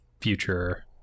future